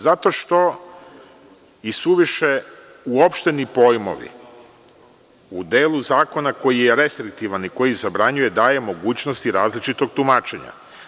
Zato što isuviše uopšteni pojmovi u delu zakona koji je restriktivan i koji zabranjuje, daje mogućnosti različitog tumačenja.